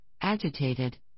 agitated